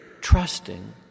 trusting